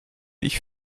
ich